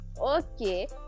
Okay